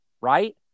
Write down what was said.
Right